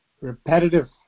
repetitive